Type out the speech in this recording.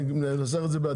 אני מנסח את זה בעדינות.